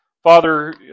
Father